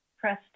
Press